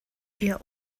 ihr